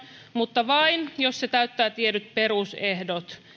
mutta vain jos se täyttää tietyt perusehdot